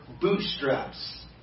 bootstraps